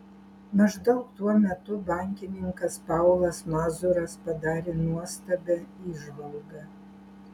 maždaug tuo metu bankininkas paulas mazuras padarė nuostabią įžvalgą